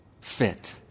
fit